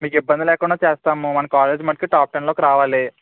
మీకు ఇబ్బంది లేకుండా చేస్తాము మన కాలేజ్ మటుకు టాప్ టెన్ లోకి రావాలి